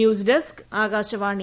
news desk Akashvani